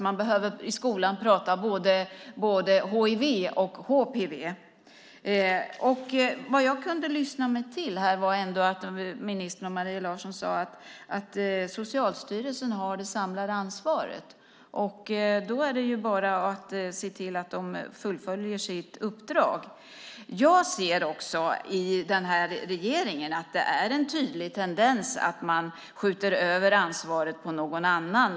Man behöver prata om både hiv och HPV i skolan. Vad jag kunde lyssna mig till var att statsrådet Maria Larsson ändå sade att Socialstyrelsen har det samlade ansvaret. Då är det bara att se till att de fullföljer sitt uppdrag. Jag ser också att det i den här regeringen finns en tydlig tendens att skjuta över ansvaret på någon annan.